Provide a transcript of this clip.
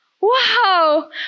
Wow